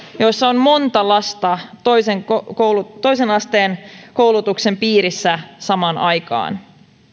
joissa on monta lasta toisen asteen koulutuksen piirissä samaan aikaan